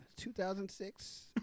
2006